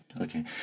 Okay